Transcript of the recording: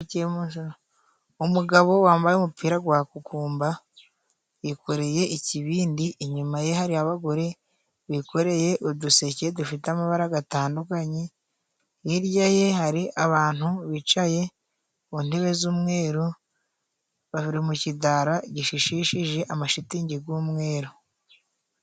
Umugabo wambaye umupira gwa kukumba, yikoreye ikibindi, inyuma ye hari abagore bikoreye uduseke dufite amabara gatandukanye, hirya ye hari abantu bicaye ku ntebe z'umweru bari mu kidara gishishishije amashitingi g'umwero.